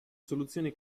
soluzioni